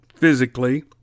physically